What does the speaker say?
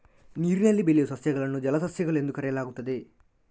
ನೀರಿನಲ್ಲಿ ಬೆಳೆಯುವ ಸಸ್ಯಗಳನ್ನು ಜಲಸಸ್ಯಗಳು ಎಂದು ಕರೆಯಲಾಗುತ್ತದೆ